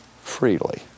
freely